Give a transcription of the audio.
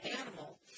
animal